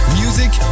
music